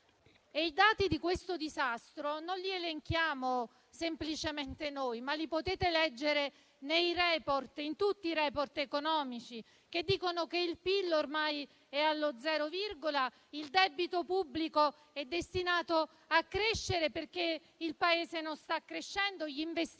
I dati di questo disastro non li elenchiamo semplicemente noi, ma li potete leggere in tutti i *report* economici che dicono che il PIL ormai è allo zero virgola e il debito pubblico è destinato a crescere, perché il Paese non sta crescendo, gli investimenti